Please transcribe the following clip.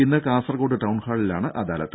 ഇന്ന് കാസർകോട് ടൌൺഹാളിലാണ് അദാലത്ത്